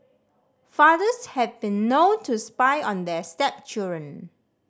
fathers have been known to spy on their stepchildren